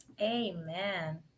Amen